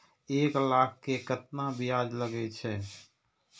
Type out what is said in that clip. एक लाख के केतना ब्याज लगे छै?